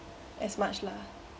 as much lah